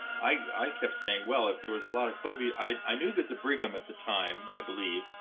i kept saying, well, if there was a lot of covid i knew that the brigham at the time, i believe,